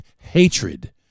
hatred